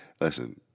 listen